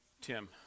Tim